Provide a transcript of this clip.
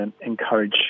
encourage